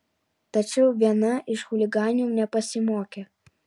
tačiau viena iš chuliganių nepasimokė